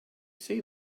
say